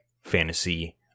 fantasy